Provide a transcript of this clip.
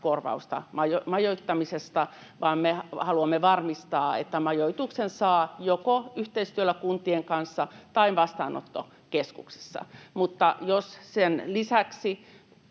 korvausta majoittamisesta, vaan me haluamme varmistaa, että majoituksen saa joko yhteistyöllä kuntien kanssa tai vastaanottokeskuksissa. Jos sen lisäksi